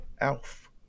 alf